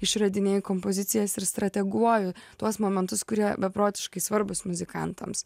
išradinėju kompozicijas ir strateguoju tuos momentus kurie beprotiškai svarbūs muzikantams